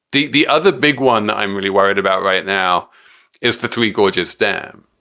the the other big one that i'm really worried about right now is the three gorges dam,